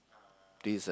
dessert